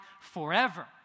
forever